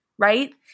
right